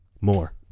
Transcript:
more